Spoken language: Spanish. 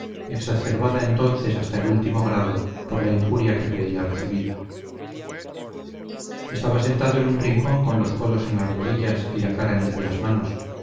exacerbada entonces hasta el último grado por la injuria que creía recibida estaba sentado en un rincón con los codos en las rodillas y la cara entre las manos